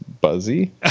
Buzzy